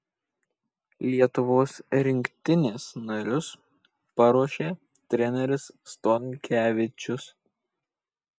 lietuvos rinktinės narius paruošė treneris stonkevičius